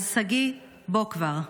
אז שגיא, בוא כבר.